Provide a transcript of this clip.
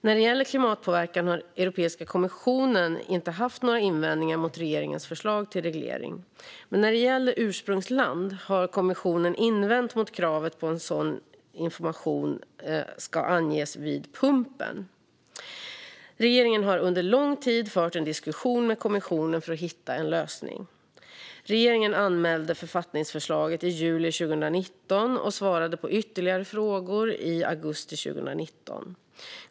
När det gäller klimatpåverkan har Europeiska kommissionen inte haft några invändningar mot regeringens förslag till reglering, men när det gäller ursprungsland har kommissionen invänt mot kravet på att sådan information ska anges vid pumpen. Regeringen har under lång tid fört en diskussion med kommissionen för att hitta en lösning. Regeringen anmälde författningsförslaget i juli 2019 och svarade på ytterligare frågor i augusti 2019.